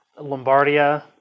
Lombardia